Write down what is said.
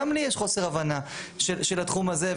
גם לי יש חוסר הבנה של התחום הזה.